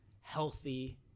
healthy